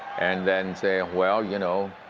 and then saying, well, you know,